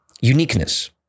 uniqueness